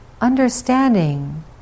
understanding